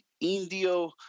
Indio